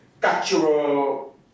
cultural